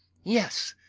yes!